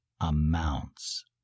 amounts